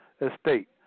estate